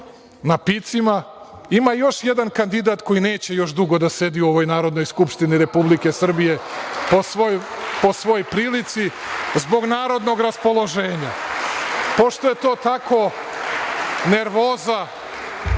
napicima, ima još jedan kandidat koji neće još dugo da sedi u ovoj Narodnoj skupštini Republike Srbije, po svoj prilici, zbog narodnog raspoloženja. Pošto je to tako, nervoza